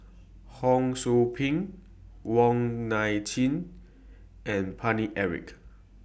Ho SOU Ping Wong Nai Chin and Paine Eric